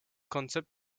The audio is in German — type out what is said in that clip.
konzept